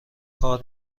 کار